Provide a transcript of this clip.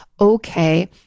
okay